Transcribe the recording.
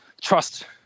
trust